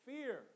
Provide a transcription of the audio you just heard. Fear